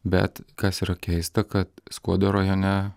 bet kas yra keista kad skuodo rajone